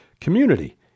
community